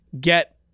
get